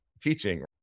teaching